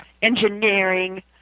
engineering